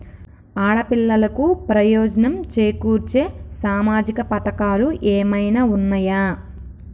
ఆడపిల్లలకు ప్రయోజనం చేకూర్చే సామాజిక పథకాలు ఏమైనా ఉన్నయా?